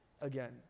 again